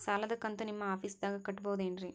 ಸಾಲದ ಕಂತು ನಿಮ್ಮ ಆಫೇಸ್ದಾಗ ಕಟ್ಟಬಹುದೇನ್ರಿ?